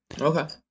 Okay